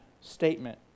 statement